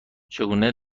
چگونه